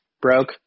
broke